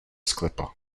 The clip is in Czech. sklepa